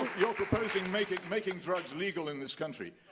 you're proposing making making drugs legal in this country,